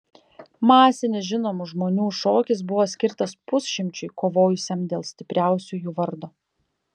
masinis žinomų žmonių šokis buvo skirtas pusšimčiui kovojusiam dėl stipriausiųjų vardo